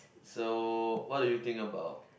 so what do you think about